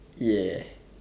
ya